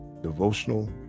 Devotional